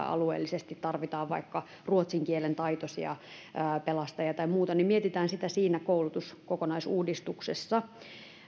alueellisesti tarvitaan vaikka ruotsin kielen taitoisia pelastajia tai muuta niin mietitään sitä siinä koulutuskokonaisuudistuksessa